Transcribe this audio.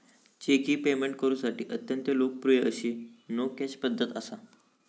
check ही payment करुसाठी अत्यंत लोकप्रिय अशी नो कॅश पध्दत असा